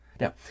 Now